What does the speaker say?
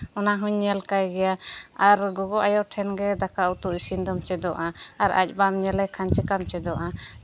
ᱚᱱᱟ ᱦᱚᱸᱧ ᱧᱮᱞ ᱠᱟᱭ ᱜᱮᱭᱟ ᱟᱨ ᱜᱚᱜᱚ ᱟᱭᱳ ᱴᱷᱮᱱ ᱜᱮ ᱫᱟᱠᱟ ᱩᱛᱩ ᱤᱥᱤᱱ ᱫᱚᱢ ᱪᱮᱫᱚᱜᱼᱟ ᱟᱨ ᱟᱡ ᱵᱟᱢ ᱧᱮᱞᱮ ᱠᱷᱟᱱ ᱪᱤᱠᱟᱹᱢ ᱪᱮᱫᱚᱜᱼᱟ